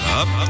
up